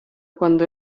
cuando